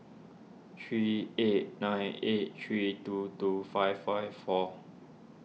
three eight nine eight three two two five five four